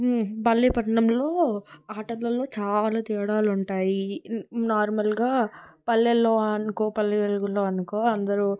పల్లి పట్టణంలో ఆటలలో చాలా తేడాలుంటాయి నార్మల్గా పల్లెల్లో అనుకో పల్లె వెలుగులో అనుకో అందరూ